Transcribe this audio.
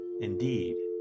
Indeed